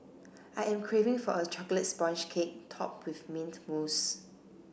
I am craving for a chocolate sponge cake topped with mint mousse